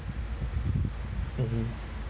mmhmm